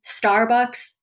Starbucks